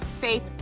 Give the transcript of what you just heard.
Faith